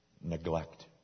neglect